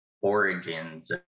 origins